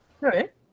right